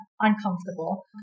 uncomfortable